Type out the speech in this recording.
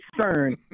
concern